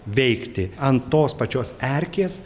veikti ant tos pačios erkės